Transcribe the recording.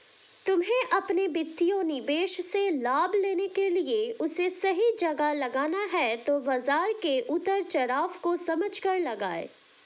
तुम्हे अपने वित्तीय निवेश से लाभ लेने के लिए उसे सही जगह लगाना है तो बाज़ार के उतार चड़ाव को समझकर लगाओ